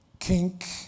Kink